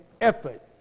effort